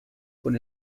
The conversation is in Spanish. con